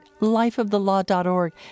lifeofthelaw.org